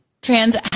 trans